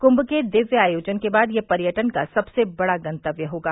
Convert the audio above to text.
कुम्म के दिव्य आयोजन के बाद यह पर्यटन का सबसे बड़ा गन्तव्य होगा